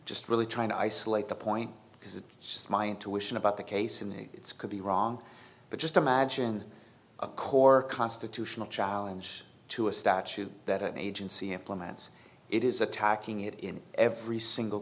just really trying to isolate the point is it just my intuition about the case in its could be wrong but just imagine a core constitutional challenge to a statute that an agency implements it is attacking it in every single